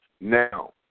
Now